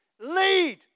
Lead